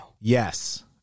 yes